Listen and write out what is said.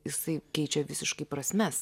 jisai keičia visiškai prasmes